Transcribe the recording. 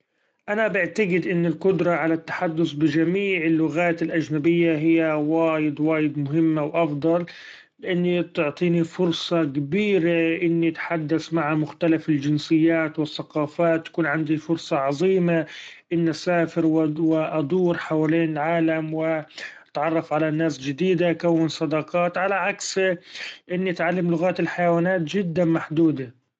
أنا بعتقد إن القدرة علي التحدث بچميع اللغات الاچنبية هي وايد وايد مهمة وأفضل ، إني بتعطيني فرصة كبيرة إني أتحدث مع مختلف الچنسيات والثقافات ، تكون عندي فرصة عظيمة إني أسافر و-وادور حوالين العالم واتعرف علي ناس چديدة كون صداقات، على عكس إني اتعلم لغات الحيوأنات چدا محدودة.